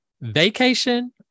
Vacation